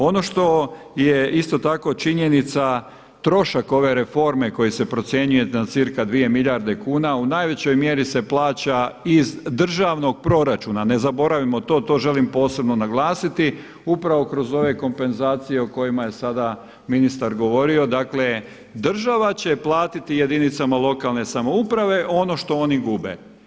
Ono što je isto tako činjenica trošak ove reforme koji se procjenjuje na cca dvije milijarde kuna u najvećoj mjeri se plaća iz državnog proračuna, ne zaboravimo to, to želim posebno naglasiti upravo kroz ove kompenzacije o kojima je sada ministar govorio, dakle država će platiti jedinicama lokalne samouprave ono što oni gube.